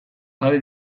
jabe